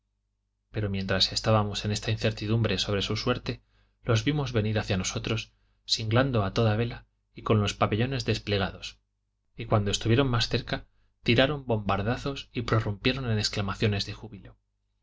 pero mientras estábamos en esta incertidumbre sobre su suerte los vimos venir hacia nosotros singlando a toda vela y con los pabellones desplegados y cuando estuvieron más cerca tiraron bombardazos y prorrumpieron en exclamaciones de júbilo